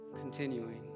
Continuing